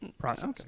process